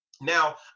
Now